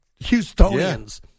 Houstonians